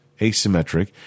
asymmetric